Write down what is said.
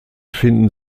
finden